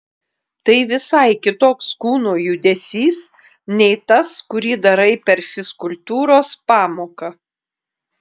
tai visai kitoks kūno judesys nei tas kurį darai per fizkultūros pamoką